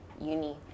uni